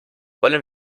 wollen